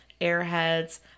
airheads